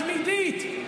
התמידית,